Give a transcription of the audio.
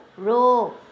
row